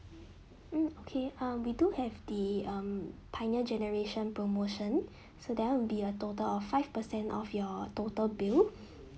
hmm okay um we do have the um pioneer generation promotion so there would be a total of five percent off your total bill